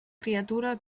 criatura